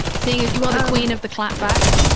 seeing that you are the queen of the clap back?